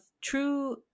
true